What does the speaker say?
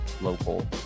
local